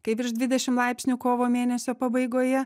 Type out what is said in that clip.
kai virš dvidešim laipsnių kovo mėnesio pabaigoje